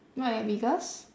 my biggest